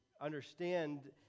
understand